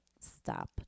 stop